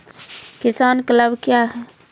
किसान क्लब क्या हैं?